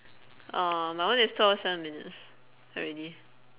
orh my one is two hours seven minutes already